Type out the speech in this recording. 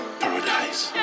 paradise